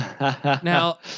now